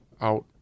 out